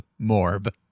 morb